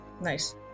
Nice